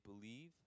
believe